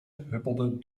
huppelde